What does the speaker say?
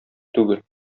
түгел